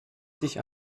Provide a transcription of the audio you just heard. sich